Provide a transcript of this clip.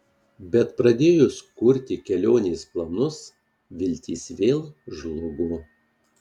bet pradėjus kurti kelionės planus viltys vėl žlugo